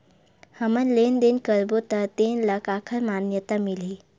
हमन लेन देन करबो त तेन ल काखर मान्यता मिलही?